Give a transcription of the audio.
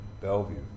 Bellevue